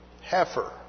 heifer